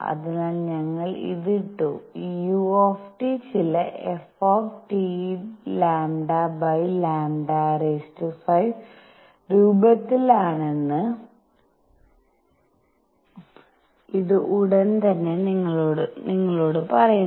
അതിനാൽ ഞങ്ങൾ ഇത് ഇട്ടു u ചില fTλλ⁵ രൂപത്തിലുള്ളതാണെന്ന് ഇത് ഉടൻ തന്നെ നിങ്ങളോട് പറയുന്നു